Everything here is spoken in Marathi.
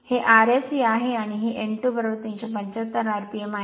हे Rseआहे आणि हे n 2 375 rpm आहे